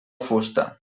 fusta